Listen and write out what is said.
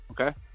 Okay